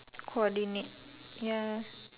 coordinate ya